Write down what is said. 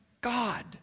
God